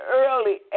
early